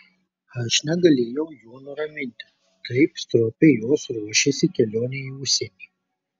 aš negalėjau jų nuraminti taip stropiai jos ruošėsi kelionei į užsienį